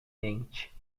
mente